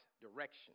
direction